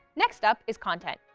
next up is content.